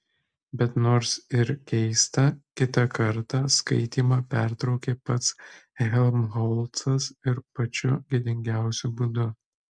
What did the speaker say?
bet nors ir keista kitą kartą skaitymą pertraukė pats helmholcas ir pačiu gėdingiausiu būdu